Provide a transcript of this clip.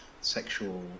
sexual